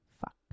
Fuck